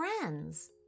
friends